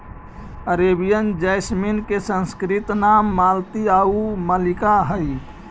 Arabian jasmine के संस्कृत नाम मालती आउ मल्लिका हइ